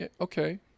Okay